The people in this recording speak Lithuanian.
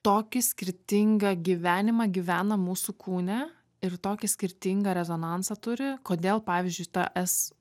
tokį skirtingą gyvenimą gyvena mūsų kūne ir tokį skirtingą rezonansą turi kodėl pavyzdžiui ta s